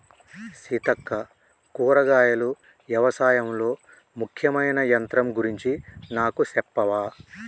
సీతక్క కూరగాయలు యవశాయంలో ముఖ్యమైన యంత్రం గురించి నాకు సెప్పవా